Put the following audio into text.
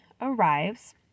arrives